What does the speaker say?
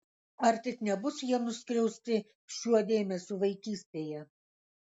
ar tik nebus jie nuskriausti šiuo dėmesiu vaikystėje